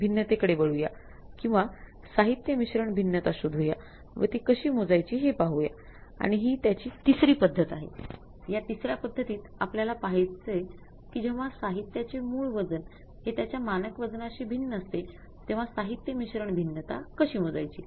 तर आपल्यला साहित्य मिश्रण भिन्नता कशी मोजायची